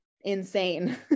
insane